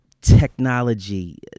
technology